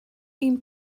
been